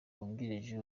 wungirije